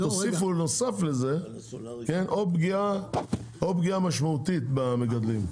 אבל תוספי נוסף לזה או פגיעה משמעותית במגדלים.